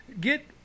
get